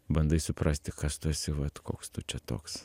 bandai suprasti kas tu esi vat koks tu čia toks